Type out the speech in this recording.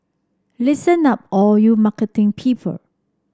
listen up all you marketing people